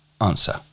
Answer